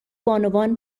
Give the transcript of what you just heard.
بانوان